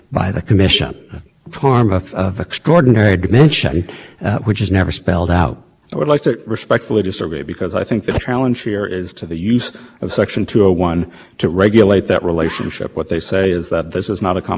history and the words here were written and put into the statute to incorporate that history as the supreme court and this court said under the commission's rule the fining a hand service any service that quote involves subscriber